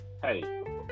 hey